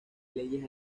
leyes